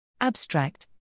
abstract